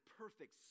perfect